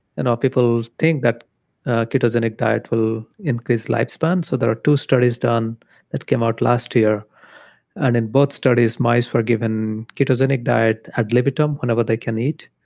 and people would think that ketogenic diet will increase lifespan. so there are two studies done that came out last year and in both studies, mice were given ketogenic diet at ad libitum, whenever they can eat.